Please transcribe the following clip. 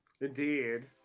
Indeed